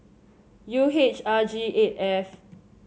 U H R G eight F